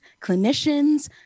clinicians